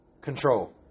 control